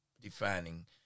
defining